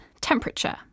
temperature